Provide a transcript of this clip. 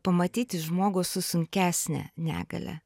pamatyti žmogų su sunkesne negalia